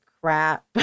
crap